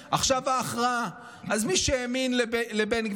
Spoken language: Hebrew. כי עכשיו הוא בקמפיין: עכשיו ההכרעה.